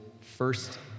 first